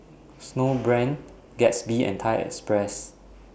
Snowbrand Gatsby and Thai Express